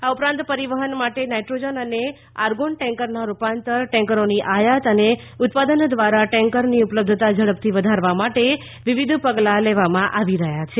આ ઉપરાંત પરિવહન માટે નાઇટ્રોજન અને આર્ગોન ટેન્કરના રૂપાંતર ટેન્કરોની આયાત અને ઉત્પાદન દ્વારા ટેન્કરની ઉપલબ્ધતા ઝડપથી વધારવા માટે વિવિધ પગલાં લેવામાં આવી રહ્યા છે